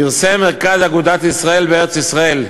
פרסם מרכז אגודת ישראל בארץ-ישראל,